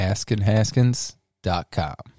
AskinHaskins.com